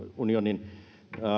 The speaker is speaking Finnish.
unionin